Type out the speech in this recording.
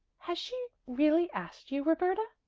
has she really asked you, roberta?